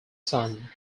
sun